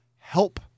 help